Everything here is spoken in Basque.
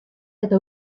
eta